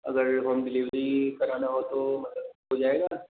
अगर हम डिलेवरी कराना हो तो मतलब हो जाएगा